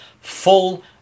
full